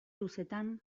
luzetan